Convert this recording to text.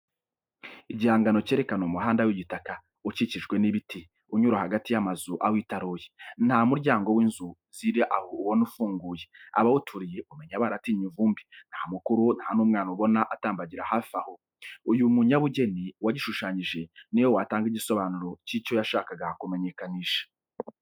Igihangano kerekana umuhanda w'igitaka, ukikijwe n'ibiti, unyura hagati y'amazu awitaruye. Nta muryango w'inzu ziri aho ubona ufunguye. Abawuturiye umenya baratinye ivumbi. Nta mukuru, nta n'umwana ubona atambagira hafi aho. Uyu mu nyabugeni wagishushanyije ni we watanga igisobanuro cy'icyo yashakaga kumenyekanisha.